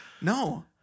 No